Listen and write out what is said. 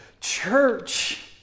church